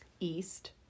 East